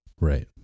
Right